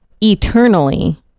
eternally